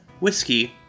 whiskey